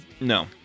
no